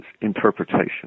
interpretation